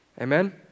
Amen